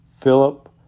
Philip